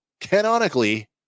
canonically